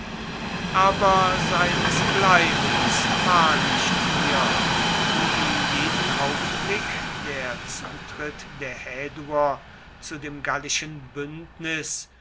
aber seines bleibens war nicht hier wo ihn jeden augenblick der zutritt der häduer zu dem gallischen bündnis